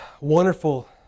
wonderful